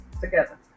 together